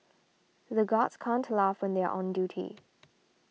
the guards can't laugh when they are on duty